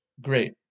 great